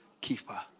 keeper